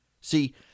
See